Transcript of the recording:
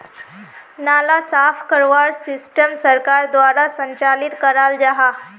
नाला साफ करवार सिस्टम सरकार द्वारा संचालित कराल जहा?